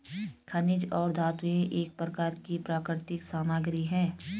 खनिज और धातुएं एक प्रकार की प्राकृतिक सामग्री हैं